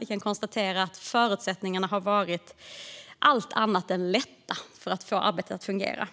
Vi kan konstatera att förutsättningarna varit allt annat än lätta för att få arbetet att fungera.